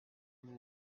vous